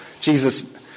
Jesus